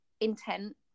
intent